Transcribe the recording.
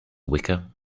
wicca